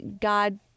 God